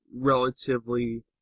relatively